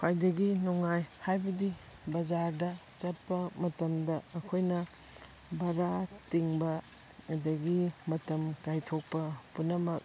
ꯈ꯭ꯋꯥꯏꯗꯒꯤ ꯅꯨꯡꯉꯥꯏ ꯍꯥꯏꯕꯗꯤ ꯕꯖꯥꯔꯗ ꯆꯠꯄ ꯃꯇꯝꯗ ꯑꯩꯈꯣꯏꯅ ꯚꯔꯥ ꯇꯤꯡꯕ ꯑꯗꯒꯤ ꯃꯇꯝ ꯀꯥꯏꯊꯣꯛꯄ ꯄꯨꯝꯅꯃꯛ